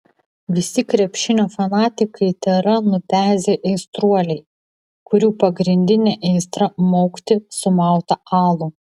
visi krepšinio fanatikai tėra nupezę aistruoliai kurių pagrindinė aistra maukti sumautą alų